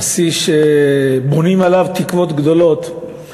נשיא שבונים עליו תקוות גדולות,